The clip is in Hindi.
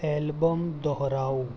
ऐल्बम दोहराओ